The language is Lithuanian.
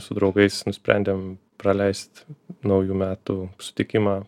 su draugais nusprendėm praleist naujų metų sutikimą